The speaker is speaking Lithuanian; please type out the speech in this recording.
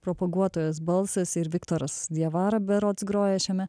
propaguotojos balsas ir viktoras diavara berods groja šiame